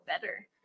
better